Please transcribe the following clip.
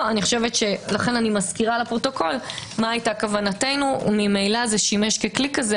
לכן אני מזכירה לפרוטוקול מה היתה כוונתנו וממילא זה שימש כלי כזה.